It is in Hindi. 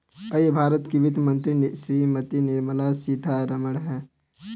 अभी भारत की वित्त मंत्री श्रीमती निर्मला सीथारमन हैं